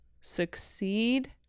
succeed